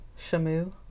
Shamu